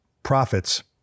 profits